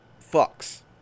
fucks